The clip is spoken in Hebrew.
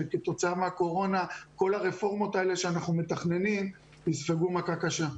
שכתוצאה מהקורונה כל הרפורמות שאנחנו מתכננים יספגו מכה קשה.